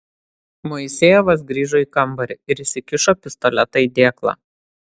moisejevas grįžo į kambarį ir įsikišo pistoletą į dėklą